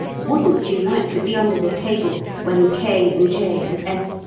wouldn't you like to be under the table when k. and j. and f.